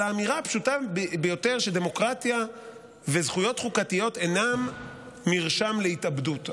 על האמירה הפשוטה ביותר שדמוקרטיה וזכויות חוקתיות אינן מרשם להתאבדות.